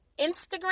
Instagram